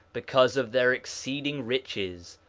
because of their exceeding riches,